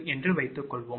என்று வைத்துக்கொள்வோம்